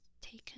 taken